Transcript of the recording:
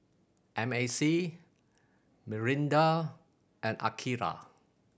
M A C Mirinda and Akira